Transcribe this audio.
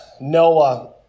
Noah